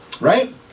right